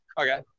Okay